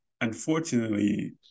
unfortunately